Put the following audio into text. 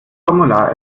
formular